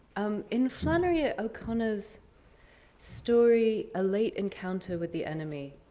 um in flannery ah o'connor's story, a late encounter with the enemy,